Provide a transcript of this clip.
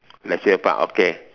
leisure park okay